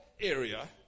area